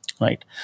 Right